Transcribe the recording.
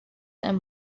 and